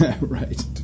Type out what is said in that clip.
right